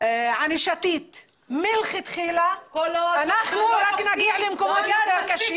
ענישתית מלכתחילה, אנחנו נגיע למקומות יותר קשים.